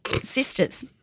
Sisters